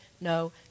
No